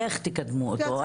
איך תקדמו אותו?